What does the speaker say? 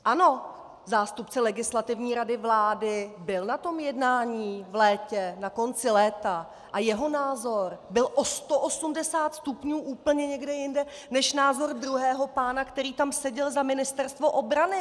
Ano, zástupce Legislativní rady vlády byl na tom jednání v létě, na konci léta, a jeho názor byl o 180 stupňů úplně někde jinde než názor druhého pána, který tam seděl za Ministerstvo obrany!